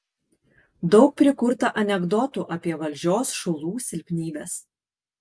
daug prikurta anekdotų apie valdžios šulų silpnybes